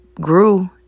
grew